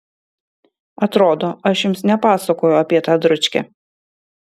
atrodo aš jums nepasakojau apie tą dručkę